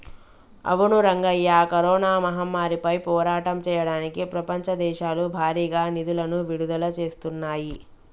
అవును రంగయ్య కరోనా మహమ్మారిపై పోరాటం చేయడానికి ప్రపంచ దేశాలు భారీగా నిధులను విడుదల చేస్తున్నాయి